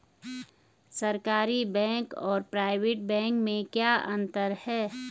सरकारी बैंक और private bank में क्या क्या अंतर हैं?